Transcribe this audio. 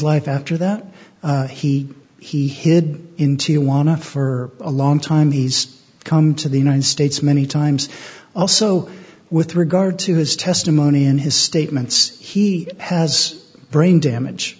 life after that he he hid in tijuana for a long time he's come to the united states many times also with regard to his testimony and his statements he has brain damage